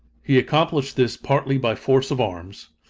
he accomplished this, partly by force of arms,